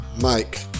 Mike